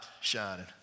shining